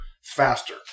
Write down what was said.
faster